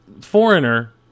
Foreigner